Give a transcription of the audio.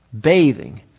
bathing